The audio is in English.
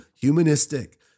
humanistic